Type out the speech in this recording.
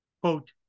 Quote